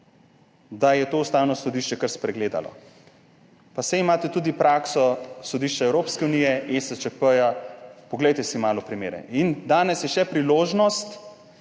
da je to Ustavno sodišče kar spregledalo. Pa saj imate tudi prakso Sodišča Evropske unije, ESČP, poglejte si malo primere. Danes je še priložnost,